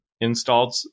installed